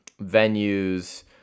venues